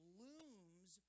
looms